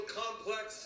complex